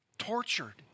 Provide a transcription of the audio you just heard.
tortured